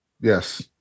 Yes